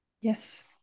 yes